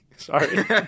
Sorry